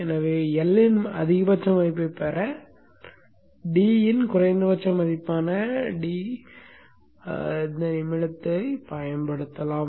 எனவே L இன் அதிகபட்ச மதிப்பைப் பெற d இன் குறைந்தபட்ச மதிப்பான d நிமிடத்தைப் பயன்படுத்தலாம்